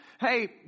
hey